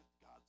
God